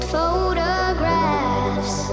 Photographs